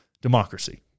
democracy